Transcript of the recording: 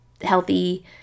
healthy